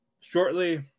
shortly